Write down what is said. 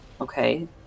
Okay